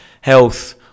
health